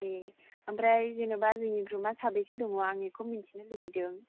ए ओमफ्राइ जेन'बा जोंनि बे ग्रुपआ साबेसे दं आं बेखौ मिथिनो लुबैदों